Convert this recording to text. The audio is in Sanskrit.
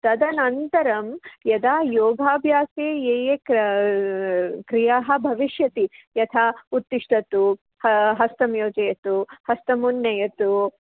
तदनन्तरं यदा योगाभ्यासे ये ये क्र क्रियाः भविष्यति यथा उत्तिष्टतु हस्तं योजयतु हस्तमुन्नयतु